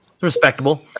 respectable